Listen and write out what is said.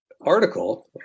article